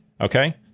okay